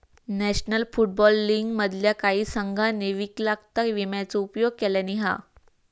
national football league मधल्या काही संघांनी विकलांगता विम्याचो उपयोग केल्यानी हा